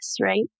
Right